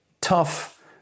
tough